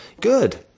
Good